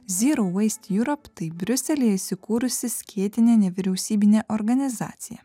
zero waste europe tai briuselyje įsikūrusi skėtinė nevyriausybinė organizacija